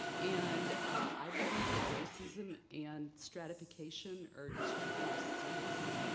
and i believe that racism and stratification are two of the most serious